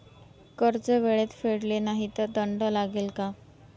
कर्ज वेळेत फेडले नाही तर दंड लागेल का?